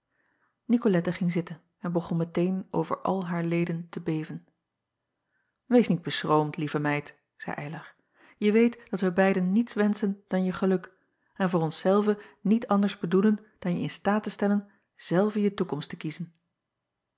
icolette ging zitten en begon meteen over al haar leden te beven ees niet beschroomd lieve meid zeî ylar je weet dat wij beiden niets wenschen dan je geluk en voor ons zelve niet anders bedoelen dan je in staat te stellen zelve je toekomst te kiezen